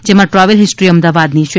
જેમાં travel history અમદાવાદની છે